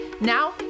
Now